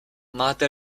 máte